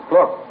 Look